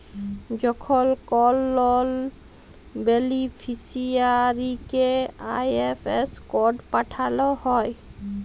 যখল কল লল বেলিফিসিয়ারিকে আই.এফ.এস কড পাঠাল হ্যয়